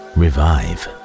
revive